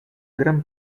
gran